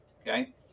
Okay